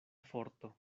forto